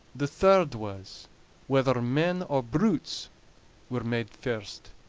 the third was whether men or brutes were made first?